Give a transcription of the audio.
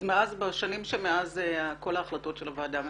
אז בשנים שמאז כל ההחלטות של הוועדה מפורסמות?